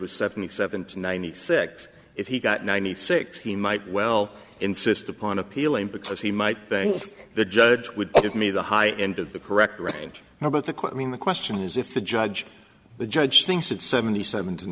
was seventy seven to ninety six if he got ninety six he might well insist upon appealing because he might think the judge would give me the high end of the correct range how about the quote i mean the question is if the judge the judge thinks it's seventy seven